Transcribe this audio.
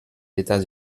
états